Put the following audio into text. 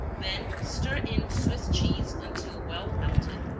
then stir in swiss cheese until well melted.